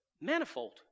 Manifold